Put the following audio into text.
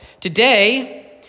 Today